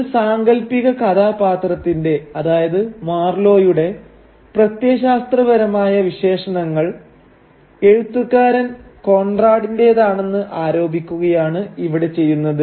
ഒരു സാങ്കല്പിക കഥാപാത്രത്തിന്റെ അതായത് മാർലോയുടെ പ്രത്യയശാസ്ത്രപരമായ വിശേഷണങ്ങൾ എഴുത്തുകാരൻ കോൺറാടിന്റെതാണെന്ന് ആരോപിക്കുകയാണ് ഇവിടെ ചെയ്യുന്നത്